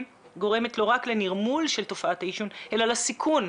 גורמת לא רק לנרמול של תופעת העישון אלא לסיכון,